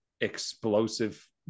explosive